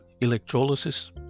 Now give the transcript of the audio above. electrolysis